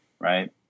right